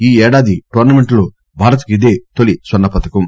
ఈఏడాది tournament లో భారత్ కు ఇదే తొసి స్వర్ణ పతకం